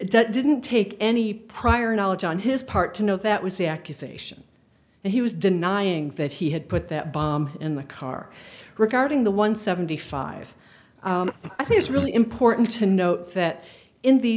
didn't take any prior knowledge on his part to know that was the accusation and he was denying that he had put that bomb in the car regarding the one seventy five i think is really important to note that in the